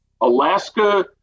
Alaska